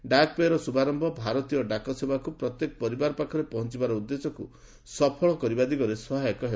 'ଡାକ୍ ପେ'ର ଶୁଭାରମ୍ଭ ଭାରତୀୟ ଡାକସେବାକୁ ପ୍ରତ୍ୟେକ ପରିବାର ପାଖରେ ପହଞ୍ଚବାର ଉଦ୍ଦେଶ୍ୟକୁ ସଫଳ କରିବା ଦିଗରେ ସହାୟକ ହେବ